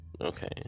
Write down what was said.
Okay